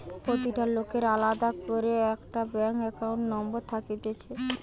প্রতিটা লোকের আলদা করে একটা ব্যাঙ্ক একাউন্ট নম্বর থাকতিছে